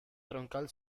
troncal